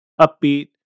upbeat